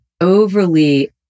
overly